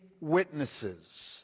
witnesses